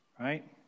right